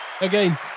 Again